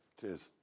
Cheers